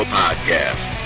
podcast